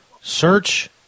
Search